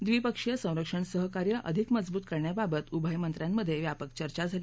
द्रिपक्षीय संरक्षण सहकार्य अधिक मजबूत करण्याबाबतही उभय मंत्र्यांमधे व्यापक चर्चा झाली